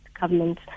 government